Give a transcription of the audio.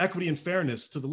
equity and fairness to the